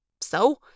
So